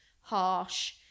harsh